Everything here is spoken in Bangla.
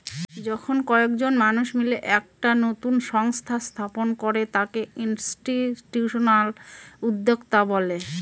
যখন কয়েকজন মানুষ মিলে একটা নতুন সংস্থা স্থাপন করে তাকে ইনস্টিটিউশনাল উদ্যোক্তা বলে